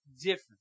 different